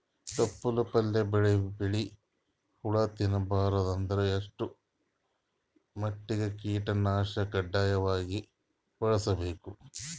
ತೊಪ್ಲ ಪಲ್ಯ ಬೆಳಿ ಹುಳ ತಿಂಬಾರದ ಅಂದ್ರ ಎಷ್ಟ ಮಟ್ಟಿಗ ಕೀಟನಾಶಕ ಕಡ್ಡಾಯವಾಗಿ ಬಳಸಬೇಕು?